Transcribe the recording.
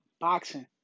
boxing